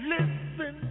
Listen